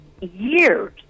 years